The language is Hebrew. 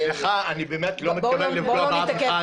אני באמת לא מתכוון לפגוע באף אחד.